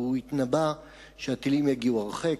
והוא התנבא שהטילים יגיעו הרחק,